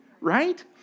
right